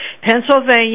Pennsylvania